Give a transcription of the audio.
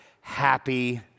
happy